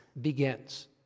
begins